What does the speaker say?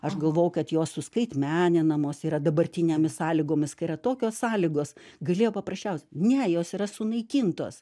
aš galvojau kad jos suskaitmeninamos yra dabartinėmis sąlygomis kai yra tokios sąlygos galėjo paprasčiausiai ne jos yra sunaikintos